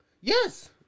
Yes